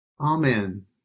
Amen